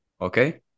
okay